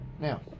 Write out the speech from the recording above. Now